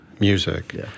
music